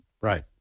Right